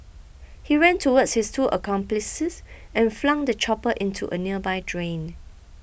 he ran towards his two accomplices and flung the chopper into a nearby drain